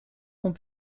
ont